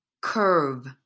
curve